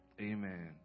Amen